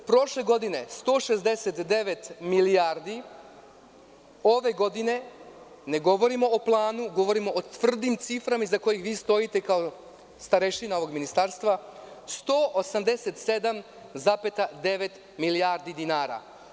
Prošle godine 169 milijardi ove godine ne govorimo o planu, govorimo o tvrdim ciframa iza kojih vi stojite kao starešina ovog ministarstva 187,9 milijardi dinara.